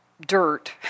dirt